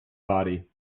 body